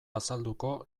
azalduko